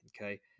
okay